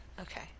Okay